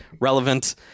relevant